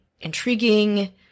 intriguing